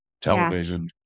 television